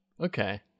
Okay